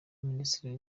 minisitiri